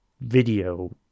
Video